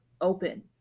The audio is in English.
open